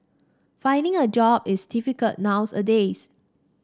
finding a job is difficult nowadays